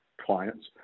clients